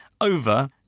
over